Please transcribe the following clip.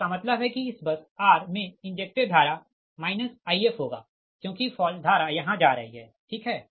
इसका मतलब है कि इस बस r मे इंजेक्टड धारा Ifहोगा क्योंकि फॉल्ट धारा यहाँ जा रही है ठीक है